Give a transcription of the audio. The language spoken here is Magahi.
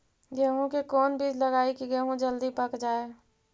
गेंहू के कोन बिज लगाई कि गेहूं जल्दी पक जाए?